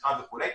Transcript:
ותמיכה וכו'.